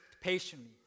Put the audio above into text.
patiently